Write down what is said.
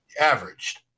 averaged